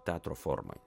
teatro formoj